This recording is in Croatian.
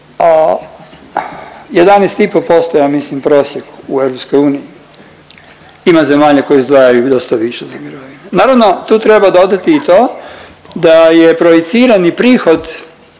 je ja mislim prosjek u EU. Ima zemalja koje izdvajaju i dosta više za mirovine. Naravno tu treba dodati i to da je projicirani prihod